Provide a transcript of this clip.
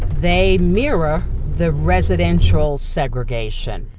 they mirror the residential segregation.